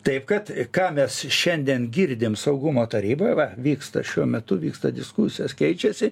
taip kad ką mes šiandien girdim saugumo taryboj va vyksta šiuo metu vyksta diskusijos keičiasi